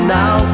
now